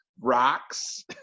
rocks